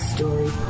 Story